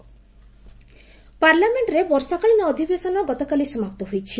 parliament ପାର୍ଲାମେଣ୍ଟରେ ବର୍ଷାକାଳୀନ ଅଧିବେଶନ ଗତକାଲି ସମାପ୍ତ ହୋଇଛି